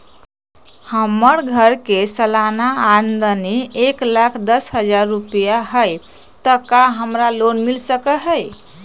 हमर घर के सालाना आमदनी एक लाख दस हजार रुपैया हाई त का हमरा लोन मिल सकलई ह?